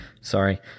Sorry